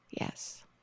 Yes